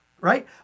right